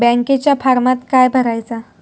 बँकेच्या फारमात काय भरायचा?